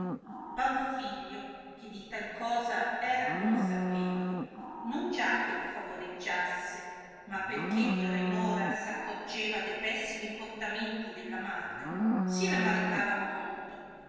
marito panfilio che di tal cosa era consapevole non già che la favoreggiasse ma perché di ora in ora s accorgeva de pessimi portamenti della madre si ramaricava molto